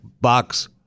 box